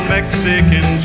Mexican